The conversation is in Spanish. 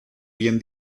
bien